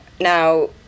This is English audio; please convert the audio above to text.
now